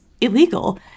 illegal